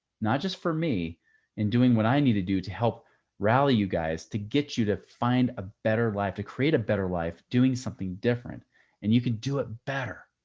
not just for me in doing what i need to do to help rally you guys, to get you to find a better life, to create a better life, doing something different and you can do it better.